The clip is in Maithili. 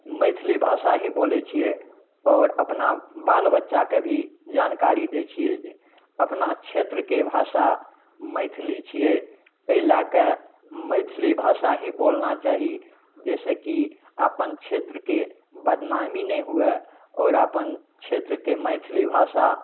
मैथिली भाषा ही बोलै छिए आओर अपना बाल बच्चाके भी जानकारी दै छिए जे अपना क्षेत्रके भाषा मैथिली छिए एहि लैके मैथिली भाषा ही बोलना चाही जाहिसे कि अपन क्षेत्रके बदनामी नहि हुए आओर अपन क्षेत्रके मैथिली भाषा